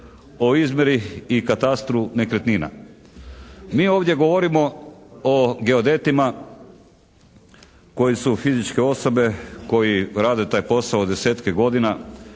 o izmjeri i katastru nekretnina. Mi ovdje govorimo o geodetima koji su fizičke osobe, koji rade taj posao desetke godina